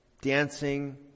dancing